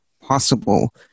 possible